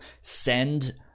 send